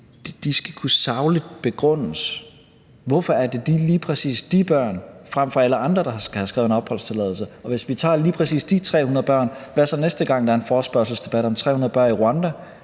skal kunne begrundes: Hvorfor er det lige præcis de børn, der skal have skrevet en opholdstilladelse, frem for alle andre? Og hvis vi tager lige præcis de 300 børn, hvad så næste gang, der er en forespørgselsdebat om 300 børn i Rwanda,